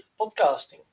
podcasting